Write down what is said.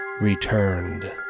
returned